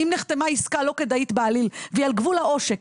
אם נחתמה עסקה לא כדאית בעליל והיא על גבול העושק,